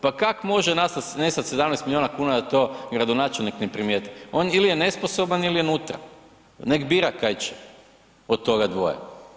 Pa kako može nestati 17 milijuna kuna da to gradonačelnik ne primijeti, on ili je nesposoban ili je unutra nek bira kaj će od toga dvoje.